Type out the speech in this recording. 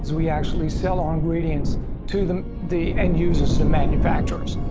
we actually sell our ingredients to the the end-users, the manufacturers.